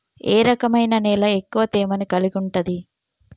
ఏ రకమైన నేల ఎక్కువ తేమను కలిగుంటది?